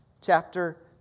chapter